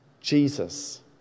Jesus